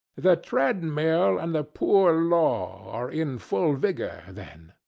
the treadmill and the poor law are in full vigour, then?